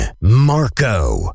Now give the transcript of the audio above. Marco